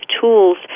tools